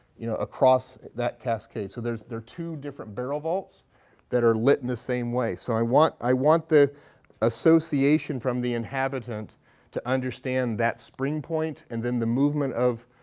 you know, across that cascade. so there are two different barrel vaults that are lit in the same way. so i want i want the association from the inhabitant to understand that spring point and then the movement of